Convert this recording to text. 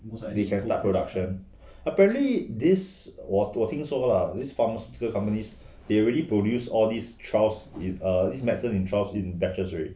can start production apparently this 我我听说 lah this pharmaceutical company they already produce all this trial in err this medicine in trial in batches already